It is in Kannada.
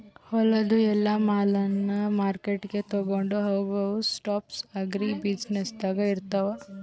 ಹೊಲದು ಎಲ್ಲಾ ಮಾಲನ್ನ ಮಾರ್ಕೆಟ್ಗ್ ತೊಗೊಂಡು ಹೋಗಾವು ಸ್ಟೆಪ್ಸ್ ಅಗ್ರಿ ಬ್ಯುಸಿನೆಸ್ದಾಗ್ ಇರ್ತಾವ